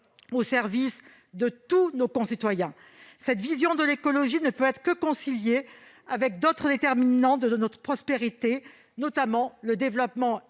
au service de tous nos concitoyens. Cette vision de l'écologie ne peut être que conciliée avec d'autres déterminants de notre prospérité, notamment le développement